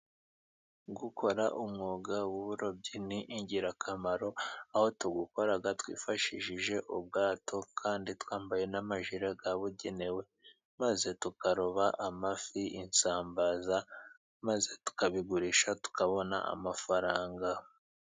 Gukora umwuga w'uburobyi ni ingirakamaro, aho tuwukora twifashishije ubwato kandi twambaye n'amajire yabugenewe ,maze tukaroba amafi ,insambaza ,maze tukabigurisha, tukabona amafaranga.